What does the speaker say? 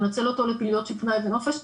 לנצל אותו לפעילויות של פנאי ונופש,